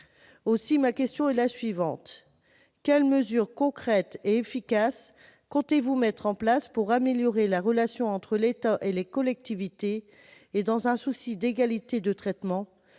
Aussi, ma question est la suivante : quelles mesures concrètes et efficaces comptez-vous mettre en place pour améliorer la relation entre l'État et les collectivités et, dans un souci d'égalité de traitement,